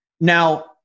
Now